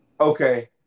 okay